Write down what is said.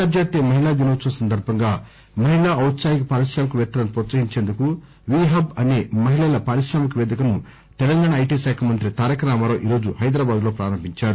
అంతర్జాతీయ మహిళా దినోత్సవం సందర్బంగా మహిళా ఔత్సాహిక పారిశ్రామికపేత్తలను ప్రోత్సహించేందుకు వి హబ్ అనే మహిళల పారిశ్రామిక వేదికను తెలంగాణ ఐటి శాఖ మంత్రి తారక రామారావు ఈరోజు హైదరాబాదులో ప్రారంభించారు